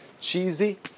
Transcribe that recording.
cheesy